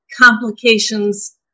complications